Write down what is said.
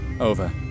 Over